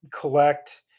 collect